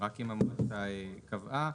רק אם המועצה קבעה.